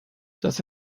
dass